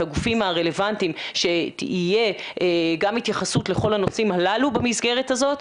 הגופים הרלבנטיים שתהיה גם התייחסות לכל הנושאים הללו במסגרת הזאת,